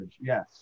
Yes